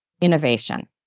innovation